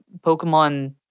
Pokemon